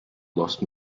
lost